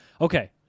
Okay